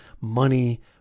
money